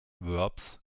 verbs